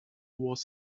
was